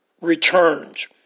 returns